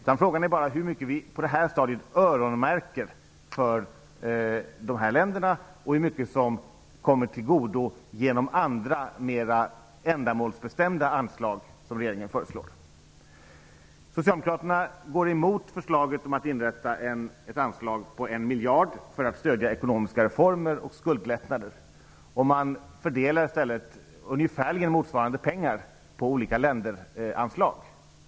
Jag frågar mig bara hur mycket pengar som vi på det här stadiet öronmärker och hur mycket som kommer dessa länder till godo genom andra mera ändamålsbestämda anslag som regeringen föreslår. Socialdemokraterna går emot förslaget om att man skall inrätta ett anslag på 1 miljard för att stödja ekonomiska reformer och skuldlättnader. Socialdemokraterna vill i stället fördela ungefär motsvarande pengar på olika länderanslag.